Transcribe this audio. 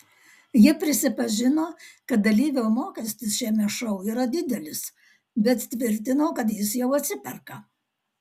ji prisipažino kad dalyvio mokestis šiame šou yra didelis bet tvirtino kad jis jau atsiperka